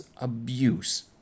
abuse